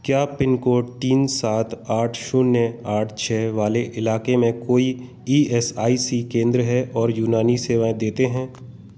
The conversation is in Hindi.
क्या पिन कोड तीन सात आठ शून्य वाले इलाके में कोई ई एस आई सी केंद्र हैं और यूनानी सेवाएँ देते हैं